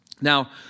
Now